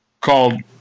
called